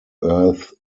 earth